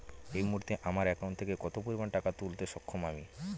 এই মুহূর্তে আমার একাউন্ট থেকে কত পরিমান টাকা তুলতে সক্ষম আমি?